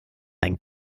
ein